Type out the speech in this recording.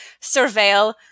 surveil